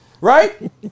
right